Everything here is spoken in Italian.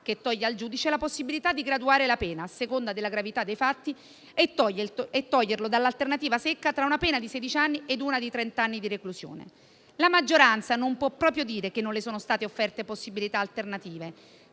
che toglie al giudice la possibilità di graduare la pena a seconda della gravità dei fatti, e toglierlo dall'alternativa secca tra una penna di sedici anni e una di trenta anni di reclusione. La maggioranza non può proprio dire che non le sono state offerte possibilità alternative,